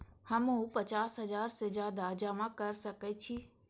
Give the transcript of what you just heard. हमू पचास हजार से ज्यादा जमा कर सके छी?